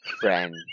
friend